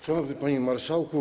Szanowny Panie Marszałku!